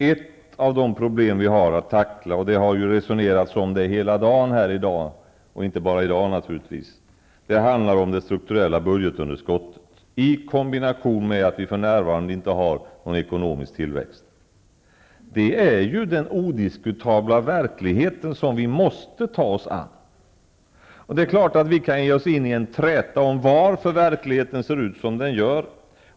Ett av de problem som vi har att tackla -- och därom har det resonerats hela dagen i dag, och naturligtvis inte bara i dag -- handlar om det strukturella budgetunderskottet i kombination med att vi för närvarande inte har någon ekonomisk tillväxt. Det är ju den odiskutabla verklighet som vi måste ta oss an. Det är klart att vi kan ge oss in i en träta om varför verkligheten ser ut som den gör.